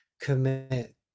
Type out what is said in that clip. commit